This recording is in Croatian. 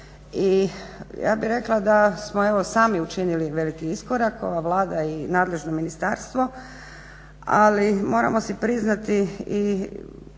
I ja bi rekla da smo evo sami učinili veliki iskorak, ova Vlada i nadležno ministarstvo, ali moramo si priznati i